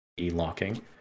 E-locking